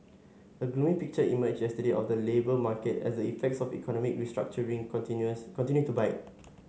a gloomy picture emerged yesterday of the labour market as the effects of economic restructuring continues continue to bite